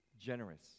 generous